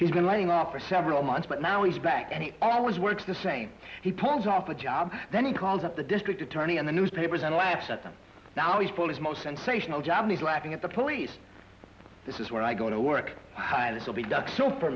he's been lighting up for several months but now he's back and he always works the same he pulls off the job then he calls up the district attorney in the newspapers and laughs at them now he's polish most sensational japanese laughing at the police this is where i go to work while it will be done so for